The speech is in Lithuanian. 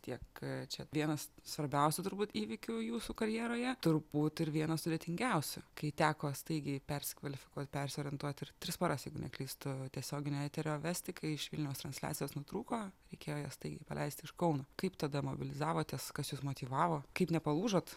tiek čia vienas svarbiausių turbūt įvykių jūsų karjeroje turbūt ir vienas sudėtingiausių kai teko staigiai persikvalifikuot persiorientuot ir tris paras jeigu neklystu tiesioginio eterio vesti kai iš vilniaus transliacijos nutrūko reikėjo jas staigiai paleisti iš kauno kaip tada mobilizavotės kas jus motyvavo kaip nepalūžot